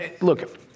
look